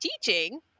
teaching